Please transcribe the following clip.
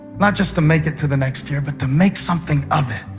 not just to make it to the next year, but to make something of it.